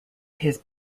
his